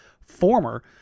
former